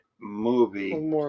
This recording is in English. movie